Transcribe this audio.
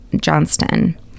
Johnston